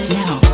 now